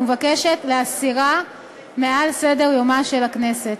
ומבקשת להסירה מעל סדר-יומה של הכנסת.